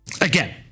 again